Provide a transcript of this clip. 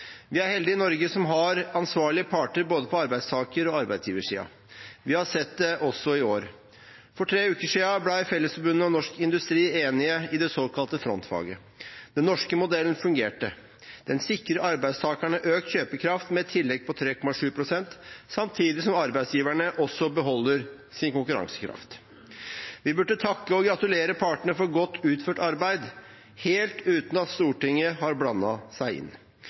Vi er heldige i Norge som har ansvarlige parter både på arbeidstaker- og arbeidsgiversiden. Vi har sett det også i år. For tre uker siden ble Fellesforbundet og Norsk Industri enige i det såkalte frontfaget. Den norske modellen fungerte. Den sikrer arbeidstakere økt kjøpekraft med et tillegg på 3,7 pst., samtidig som arbeidsgivere også beholder sin konkurransekraft. Vi burde takke og gratulere partene for godt utført arbeid, helt uten at Stortinget har blandet seg inn.